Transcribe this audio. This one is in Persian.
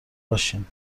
باشین